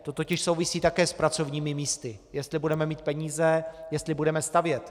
To totiž souvisí také s pracovními místy, jestli budeme mít peníze, jestli budeme stavět.